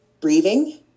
breathing